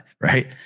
right